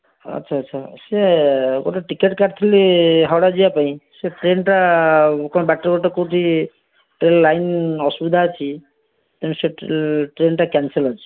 ଆଚ୍ଛା ଆଚ୍ଛା ସେ ଗୋଟିଏ ଟିକେଟ କାଟିଥିଲି ହାଉଡ଼ା ଯିବା ପାଇଁ ସେ ଟ୍ରେନଟା କଣ ବାଟରେ ଗୋଟିଏ କେଉଁଠି ଲାଇନ ଅସୁବିଧା ଅଛି ତେଣୁ ସେ ଟ୍ରେନଟା କ୍ୟାନସେଲ ଅଛି